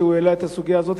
שהעלה את הסוגיה הזאת,